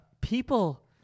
people